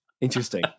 Interesting